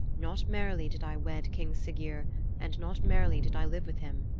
not merrily did i wed king siggeir and not merrily did i live with him,